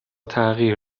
تغییر